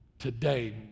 Today